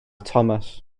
thomas